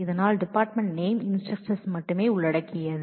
அதனால் department name instructors மட்டுமே உள்ளடக்கியது